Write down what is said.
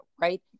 right